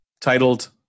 titled